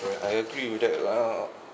I agree with that lah